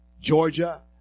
Georgia